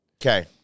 okay